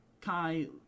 Kai